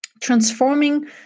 transforming